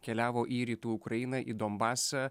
keliavo į rytų ukrainą į donbasą